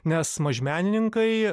nes mažmenininkai